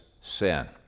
sin